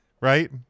right